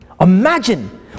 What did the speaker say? Imagine